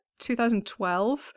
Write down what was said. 2012